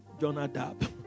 Jonadab